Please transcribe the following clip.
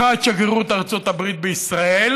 אחת, שגרירות ארצות הברית בישראל,